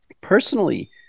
personally